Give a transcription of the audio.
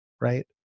right